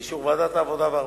ובאישור ועדת העבודה והרווחה,